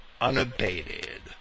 unabated